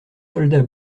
soldat